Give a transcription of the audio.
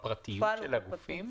בפרטיות של הגופים?